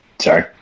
Sorry